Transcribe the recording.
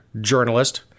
journalist